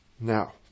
Now